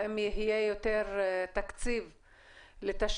האם יהיה יותר תקציב לתשתיות?